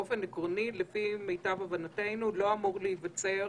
באופן עקרוני, לפי מיטב הבנתנו, לא אמור להיווצר